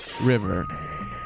River